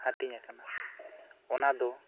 ᱦᱟᱹᱴᱤᱧ ᱟᱠᱟᱱᱟ ᱚᱱᱟᱫᱚ